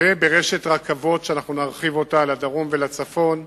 וברשת רכבות שנרחיב לדרום ולצפון,